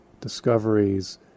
discoveries